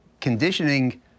conditioning